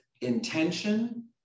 intention